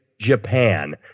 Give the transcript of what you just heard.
japan